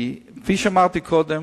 כי כפי שאמרתי קודם,